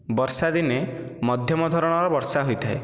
ବର୍ଷା ଦିନେ ମଧ୍ୟମ ଧରଣର ବର୍ଷା ହୋଇଥାଏ